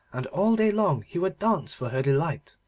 and all day long he would dance for her delight.